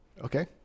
Okay